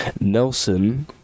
Nelson